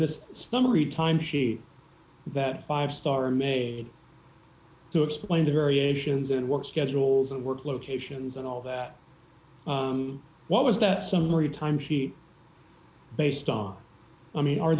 this summary time she that five star made to explain to very asians in work schedules and work locations and all that what was that summary of time she based on i mean are